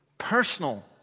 personal